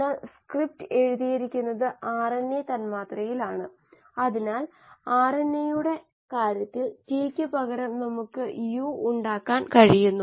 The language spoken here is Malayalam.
എന്നാൽ സ്ക്രിപ്റ്റ് എഴുതിയിരിക്കുന്നത് ആർഎൻഎ തന്മാത്രയിലാണ് അതിനാൽ ആർഎൻഎയുടെ കാര്യത്തിൽ T ക്ക് പകരം നമുക്ക് യു ഉണ്ടാകാൻ പോകുന്നു